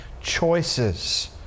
choices